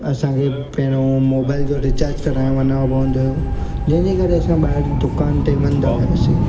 असांखे पहिरों मोबाइल जो रीचार्ज कराइण वञिणो पवंदो हुओ जंहिंजे करे असां ॿाहिरि दुकान ते वेंदा हुआसीं